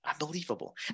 unbelievable